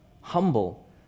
humble